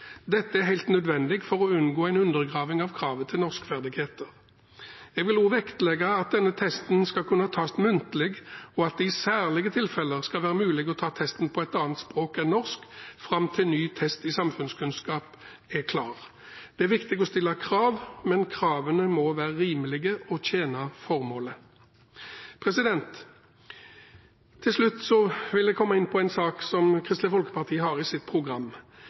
Dette er helt nødvendig for å unngå en undergraving av kravet til norskferdigheter. Jeg vil også vektlegge at denne testen skal kunne tas muntlig, og at det i særlige tilfeller skal være mulig å ta testen på et annet språk enn norsk, fram til ny test i samfunnskunnskap er klar. Det er viktig å stille krav, men kravene må være rimelige og tjene formålet. Til slutt vil jeg komme inn på en sak som Kristelig Folkeparti har i vårt program.